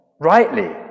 rightly